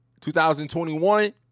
2021